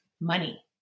money